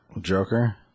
Joker